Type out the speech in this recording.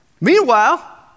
Meanwhile